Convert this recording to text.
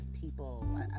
people